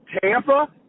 Tampa